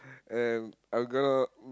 and I'm gonna